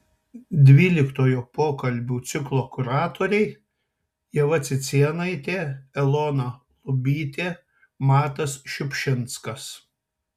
dvyliktojo pokalbių ciklo kuratoriai ieva cicėnaitė elona lubytė matas šiupšinskas